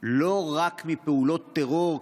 לא רק מפעולות טרור,